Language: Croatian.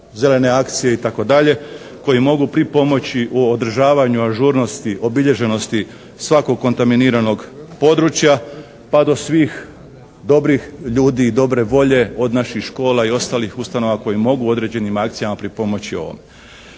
zelene akcije i tako dalje koji mogu pripomoći u održavanju ažurnosti obilježenosti svakog kontaminiranog područja pa do svih dobrih ljudi dobre volje od naših škola i ostalih ustanova koje mogu određenim akcijama pripomoći ovome.